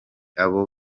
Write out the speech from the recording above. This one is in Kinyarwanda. abo